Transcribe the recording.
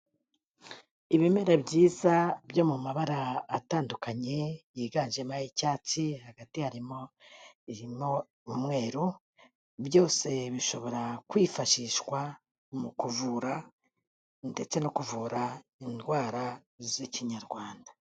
Ibimera byiza byo mu mabara atandukanye, yiganjemo icyatsi, hagati harimo irimo umweru, byose bishobora kwifashishwa mu kuvura ndetse no kuvura indwara z'ikinyarwanda.